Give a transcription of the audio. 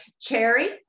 cherry